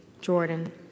Jordan